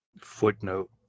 footnote